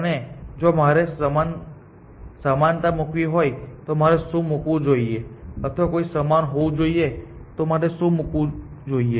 અને જો મારે સમાનતા મુકવી હોય તો મારે શું મૂકવું જોઈએ અથવા કોને સમાન હોવું જોઈએ તો મારે શું મૂકવું જોઈએ